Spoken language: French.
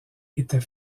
était